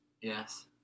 Yes